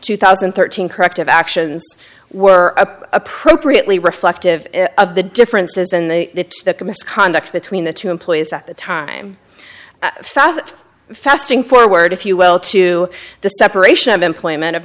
two thousand and thirteen corrective actions were a appropriately reflective of the differences in the that the misconduct between the two employees at the time fasting forward if you will to the separation of employment of